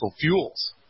fuels